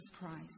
Christ